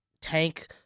tank